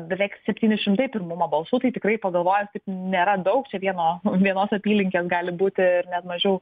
beveik septyni šimtai pirmumo balsų tai tikrai pagalvojus nėra daug čia vieno vienos apylinkės gali būti ir net mažiau